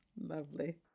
Lovely